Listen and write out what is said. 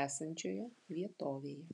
esančioje vietovėje